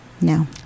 No